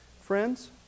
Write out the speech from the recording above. Friends